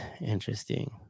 interesting